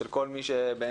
של כל מי שבעיניי